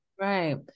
right